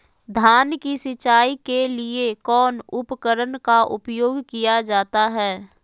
धान की सिंचाई के लिए कौन उपकरण का उपयोग किया जाता है?